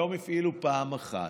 היום הפעילו פעם אחת.